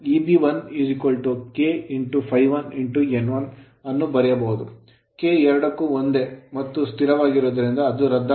K ಎರಡಕ್ಕು ಒಂದೇ ಮತ್ತು ಸ್ಥಿರವಾಗಿರುವುದರಿಂದ ಅದು ರದ್ದಾಗುತ್ತದೆ